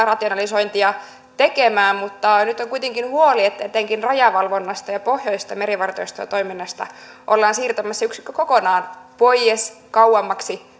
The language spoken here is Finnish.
rationalisointia tekemään mutta nyt on kuitenkin huoli etenkin rajavalvonnasta ja pohjoisten merivartiostojen toiminnasta ollaan siirtämässä yksikkö kokonaan pois kauemmaksi